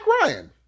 ryan